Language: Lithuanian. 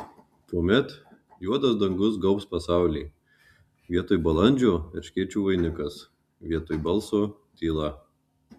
tuomet juodas dangus gaubs pasaulį vietoj balandžio erškėčių vainikas vietoj balso tyla